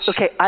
Okay